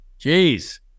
Jeez